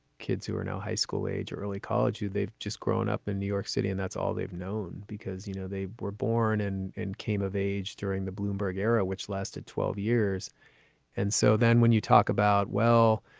kids who are now high school age or early college. you. they've just grown up in new york city, and that's all they've known. because, you know, they were born and came of age during the bloomberg era, which lasted twelve years and so then when you talk about, well,